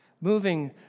moving